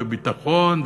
וביטחון,